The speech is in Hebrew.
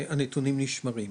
והנתונים נשמרים.